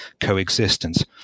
coexistence